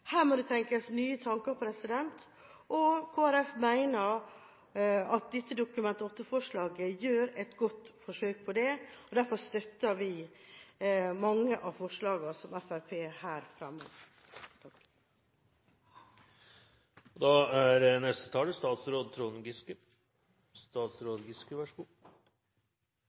Her må det tenkes nye tanker, og Kristelig Folkeparti mener at dette Dokument 8-forslaget gjør et godt forsøk på det. Derfor støtter vi mange av forslagene som Fremskrittspartiet her